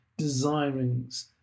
desirings